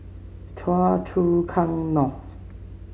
Choa Chu Kang North